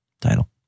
Title